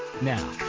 Now